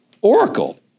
Oracle